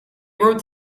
wrote